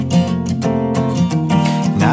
Now